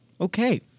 Okay